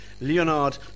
Leonard